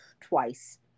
twice